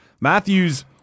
Matthews –